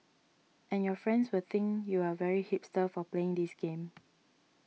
and your friends will think you are very hipster for playing this game